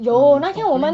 有那天我们